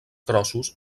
trossos